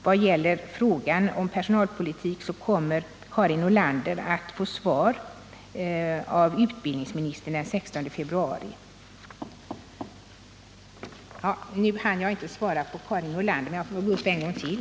Vad gäller frågan om personalpolitiken kommer Karin Nordlander att få svar på en interpellation i detta ämne av utbildningsministern den 16 februari. Jag anser det inte lämpligt att föregripa den debatten. Något ytterligare besked hinner jag inte ge Karin Nordlander nu, men jag får väl gå upp en gång till.